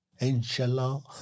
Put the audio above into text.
inshallah